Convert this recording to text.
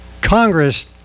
Congress